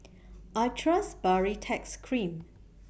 I Trust Baritex Cream